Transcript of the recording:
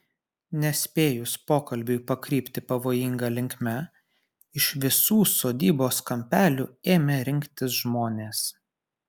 nespėjus pokalbiui pakrypti pavojinga linkme iš visų sodybos kampelių ėmė rinktis žmonės